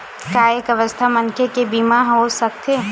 का एक अस्वस्थ मनखे के बीमा हो सकथे?